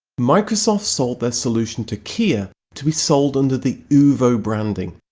microsoft sold their solution to kia, to be sold under the uvo branding.